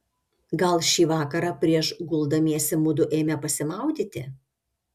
gal šį vakarą prieš guldamiesi mudu eime pasimaudyti